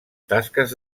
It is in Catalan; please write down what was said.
tasques